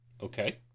Okay